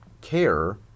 care